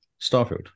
Starfield